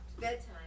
Bedtime